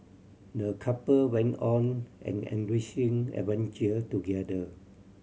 the couple went on an enriching adventure together